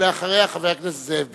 ואחריה, חבר הכנסת זאב בילסקי.